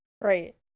right